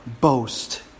boast